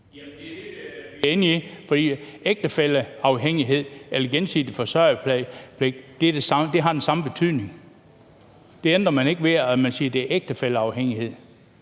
… for ægtefælleafhængighed og gensidig forsørgerpligt har den samme betydning. Man ændrer det ikke, ved at man siger, at det er ægtefælleafhængighed.